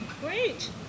great